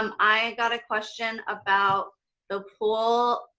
um i got a question about the pool,